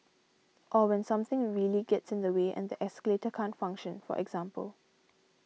or when something really gets in the way and the escalator can't function for example